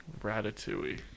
Ratatouille